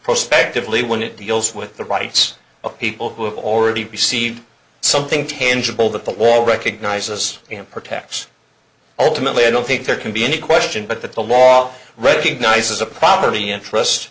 prospectively when it deals with the rights of people who have already received something tangible that the wall recognizes and protects ultimately i don't think there can be any question but that the law recognizes a property interest